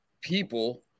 people